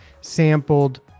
sampled